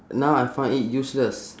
now I find it useless